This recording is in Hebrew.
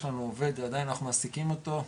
יש לנו עובד, עדיין אנחנו מעסיקים אותו,